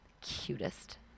cutest